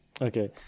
Okay